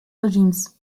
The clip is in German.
regimes